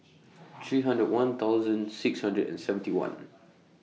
three hundred and one thousand six hundred and seventy one